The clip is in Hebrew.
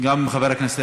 חברת הכנסת